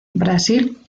brasil